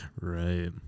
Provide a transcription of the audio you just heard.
Right